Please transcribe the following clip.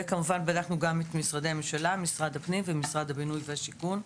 כמובן בדקנו גם את משרדי הממשלה משרד הפנים ומשרד הבינוי והשיכון.